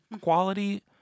quality